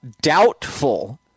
doubtful